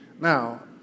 Now